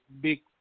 big